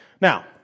Now